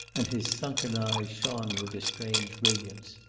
and his sunken eyes shone with a strange brilliance.